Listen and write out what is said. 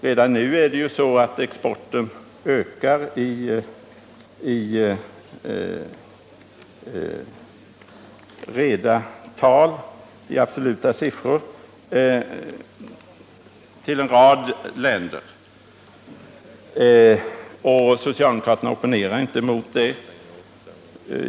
Redan nu ökar exporten i absoluta siffror till en rad länder med olika politiska system och förhållanden, och socialdemokraterna opponerar inte mot detta.